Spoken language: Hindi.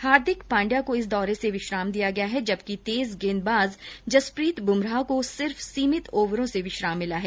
हार्दिक पांडया को इस दौरे से विश्राम दिया गया है जबकि तेज गेंदबाज जसप्रीत बुमराह को सिर्फ सीमित ओवरों से विश्राम मिला है